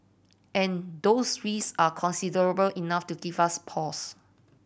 and those risk are considerable enough to give us pause